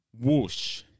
whoosh